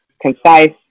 concise